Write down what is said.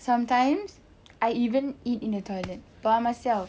sometimes I even eat in the toilet by myself